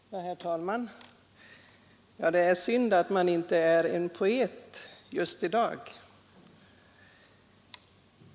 Herr talman! Just i dag är det synd att man inte är poet.